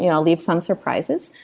and i'll leave some surprises,